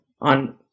on